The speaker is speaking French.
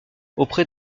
auprès